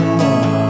more